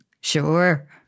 Sure